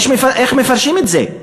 איך מפרשים את זה?